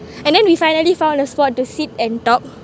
and then we finally found a spot to sit and talk